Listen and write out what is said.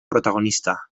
protagonista